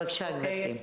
בבקשה, גברתי.